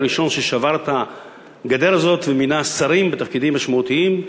היה הראשון ששבר את הגדר הזאת ומינה שרים בתפקידים משמעותיים,